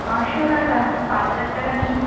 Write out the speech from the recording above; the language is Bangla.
পাঁচশো টাকা পাঁচ হাজার টাকা নিন